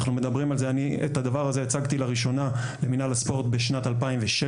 את הדבר הזה הצגתי לראשונה במינהל הספורט בשנת 2016,